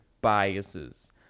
biases